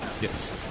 Yes